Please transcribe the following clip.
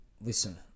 listen